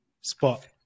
spot